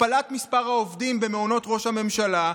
הכפלת מספר העובדים במעונות ראש הממשלה,